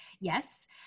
yes